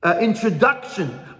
introduction